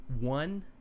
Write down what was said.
one